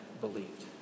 believed